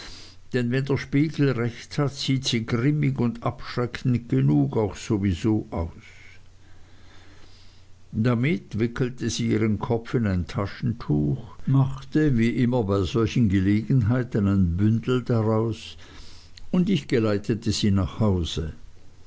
denn wenn der spiegel recht hat sieht sie grimmig und abschreckend genug auch sowieso aus damit wickelte sie ihren kopf in ein taschentuch machte wie immer bei solchen gelegenheiten ein bündel daraus und ich geleitete sie nach hause